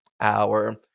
hour